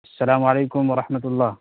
السلام علیکم و رحمتہ اللہ